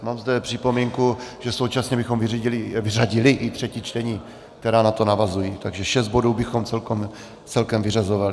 Mám zde připomínku, že současně bychom vyřadili i třetí čtení, která na to navazují, takže šest bodů bychom celkem vyřazovali.